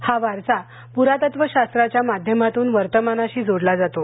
हा वारसा पुरातत्व शास्त्राच्या माध्यमातून वर्तमानाशीजोडला जातो